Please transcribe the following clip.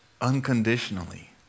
unconditionally